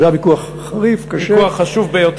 זה ויכוח שהיה בכנסת היוצאת.